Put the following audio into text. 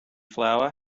flour